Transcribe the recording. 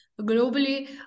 globally